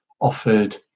offered